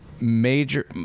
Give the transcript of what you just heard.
major